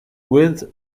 with